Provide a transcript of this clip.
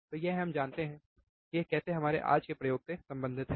तो यह हम जानते हैं कि यह कैसे हमारे आज के प्रयोग से संबंधित है